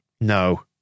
no